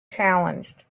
challenged